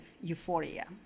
euphoria